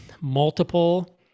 multiple